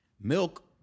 milk